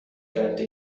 کرده